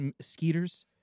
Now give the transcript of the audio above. skeeters